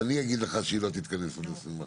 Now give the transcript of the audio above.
אני אגיד לך שהיא לא תתכנס בעוד 21 יום,